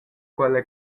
quella